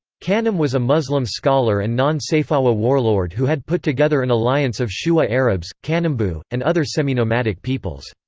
kanem was a muslim scholar and non-sayfawa warlord who had put together an alliance of shuwa arabs, kanembu, and other seminomadic peoples.